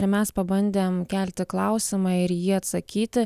ir mes pabandėm kelti klausimą ir į jį atsakyti